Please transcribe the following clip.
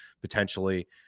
potentially